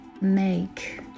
make